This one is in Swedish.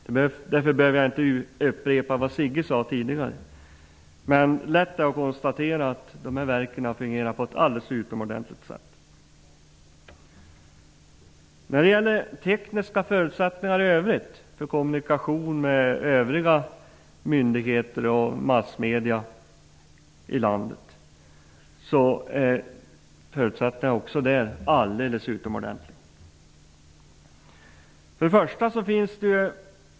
Jag behöver inte upprepa vad han sade, men det är lätt att konstatera att dessa verk fungerar på ett utomordenligt sätt. De tekniska förutsättningarna för kommunikation med övriga myndigheter och massmedier i landet är helt utomordentliga.